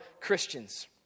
Christians